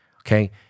okay